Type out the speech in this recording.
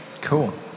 Cool